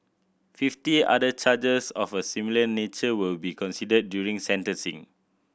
fifty other charges of a similar nature will be considered during sentencing